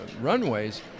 runways